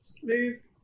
please